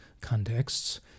contexts